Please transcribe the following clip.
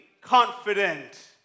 confident